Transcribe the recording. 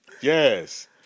Yes